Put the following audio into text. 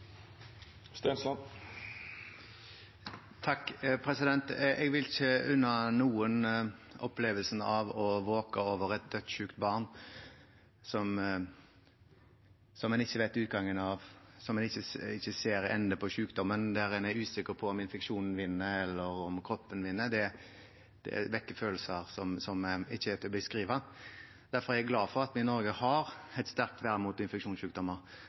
Jeg vil ikke unne noen opplevelsen av å våke over et dødssykt barn, der en ikke vet utgangen av og ikke ser en ende på sykdommen, der en er usikker på om infeksjonen vinner eller om kroppen vinner. Det vekker følelser som ikke er til å beskrive. Derfor er jeg glad for at vi i Norge har et sterkt vern mot